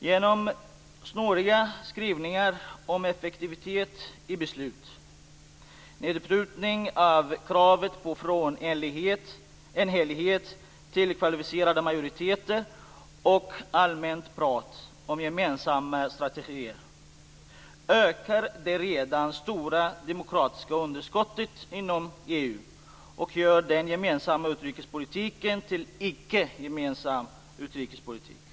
Genom snåriga skrivningar om effektivitet i beslut, genom nedprutning av kravet på enhällighet till att avse kvalificerade majoriteter och genom allmänt prat om gemensamma strategier ökar det redan stora demokratiska underskottet inom EU, och den gemensamma utrikespolitiken görs till en icke gemensam utrikespolitik.